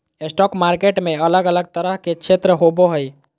stock market में अलग अलग तरह के क्षेत्र होबो हइ